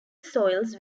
soils